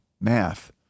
math